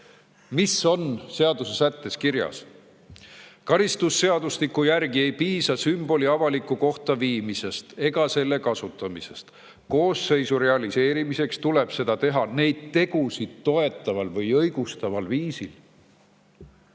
mis on seadusesättes kirjas: karistusseadustiku järgi ei piisa sümboli avalikku kohta viimisest ega selle kasutamisest, koosseisu realiseerimiseks tuleb seda teha neid tegusid toetaval või õigustaval viisil.